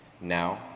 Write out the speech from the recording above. now